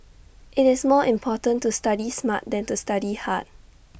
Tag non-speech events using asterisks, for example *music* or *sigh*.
IT is more important to study smart than to study hard *noise*